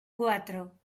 cuatro